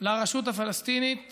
לרשות הפלסטינית